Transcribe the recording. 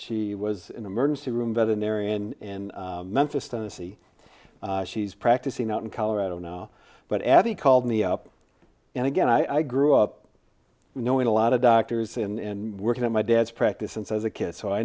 she was an emergency room veterinarian in memphis tennessee she's practicing out in colorado now but addie called me up and again i grew up knowing a lot of doctors and working at my dad's practice and as a kid so i